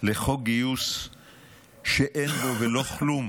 לחוק גיוס שאין בו ולא כלום